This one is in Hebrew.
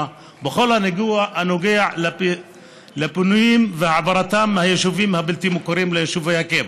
בכל הנוגע לפינוים ולהעברתם מהיישובים הבלתי-מוכרים ליישובי הקבע.